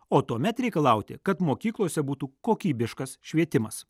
o tuomet reikalauti kad mokyklose būtų kokybiškas švietimas